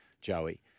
Joey